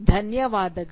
ಧನ್ಯವಾದಗಳು